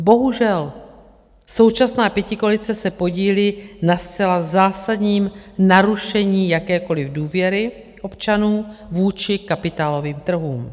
Bohužel, současná pětikoalice se podílí na zcela zásadním narušení jakékoliv důvěry občanů vůči kapitálovým trhům.